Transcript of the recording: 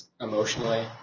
emotionally